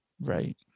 Right